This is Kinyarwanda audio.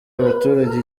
abaturage